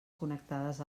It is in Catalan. connectades